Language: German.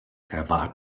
erwarb